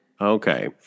Okay